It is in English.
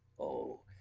oh,